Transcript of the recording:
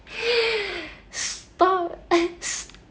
stop